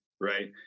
right